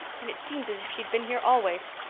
and it seems as if she'd been here always.